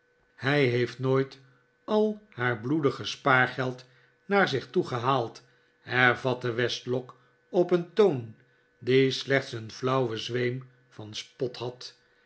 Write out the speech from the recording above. hij heeft nooit al haar bloedige spaargeld naar zich toe gehaald hervatte westlock op een toon die slechts een flauwen zweem van spot had